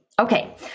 Okay